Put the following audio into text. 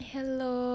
Hello